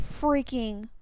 Freaking